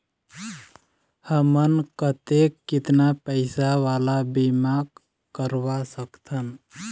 हमन कतेक कितना पैसा वाला बीमा करवा सकथन?